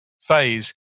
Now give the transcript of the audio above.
phase